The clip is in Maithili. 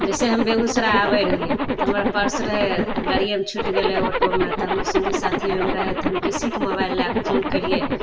जइसे हम बेगूसराय आबै रहिए तऽ हमर पर्स रहै गाड़िएमे छुटि गेलै ऑटोमे तऽ हमर सङ्गी साथी ओहिमे रहै तऽ हम किसीके मोबाइल लैके फोन केलिए